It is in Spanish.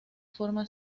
forma